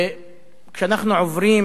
כשאתם עוברים